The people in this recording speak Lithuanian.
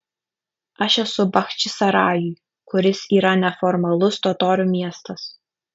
aš esu bachčisarajuj kuris yra neformalus totorių miestas